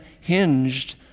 hinged